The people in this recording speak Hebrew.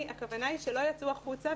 הכוונה היא שלא ייצאו החוצה,